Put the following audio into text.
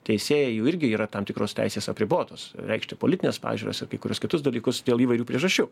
teisėjai jų irgi yra tam tikros teisės apribotos reikšti politines pažiūras ir kai kuriuos kitus dalykus dėl įvairių priežasčių